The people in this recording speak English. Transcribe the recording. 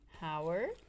Howard